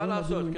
חובה לעשות.